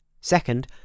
Second